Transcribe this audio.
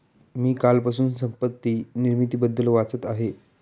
मी कालपासून संपत्ती निर्मितीबद्दल वाचत आहे